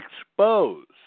exposed